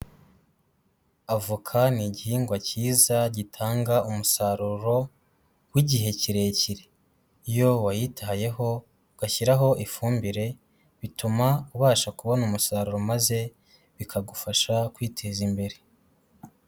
Avoka ni igihingwa cyiza gitanga umusaruro w'igihe kirekire, iyo wayitayeho ugashyiraho ifumbire bituma ubasha kubona umusaruro maze bikagufasha kwiteza imbere.